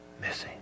missing